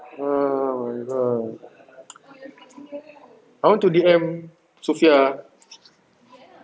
oh my god I want to D_M sophia